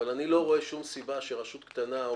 אבל אני לא רואה שום סיבה שלרשות קטנה או